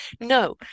No